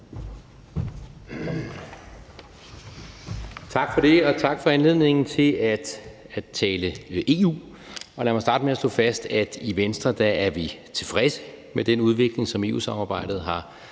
Tak for det, og tak for anledningen til at tale EU. Lad mig starte med at slå fast, at i Venstre er vi tilfredse med den udvikling, som EU-samarbejdet har